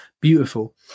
beautiful